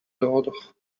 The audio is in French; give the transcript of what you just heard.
l’ordre